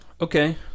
okay